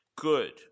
Good